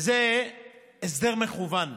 וזה הסדר מקוון: